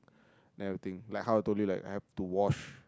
then I will think like how I totally like I have to wash